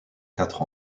quatre